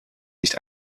nicht